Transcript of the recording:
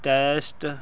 test